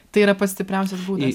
tai yra pats stipriausias būdas